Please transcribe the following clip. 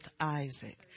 Isaac